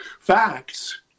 facts